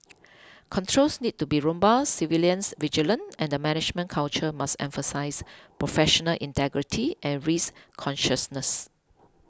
controls need to be robust surveillance vigilant and the management culture must emphasize professional integrity and risk consciousness